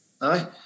Aye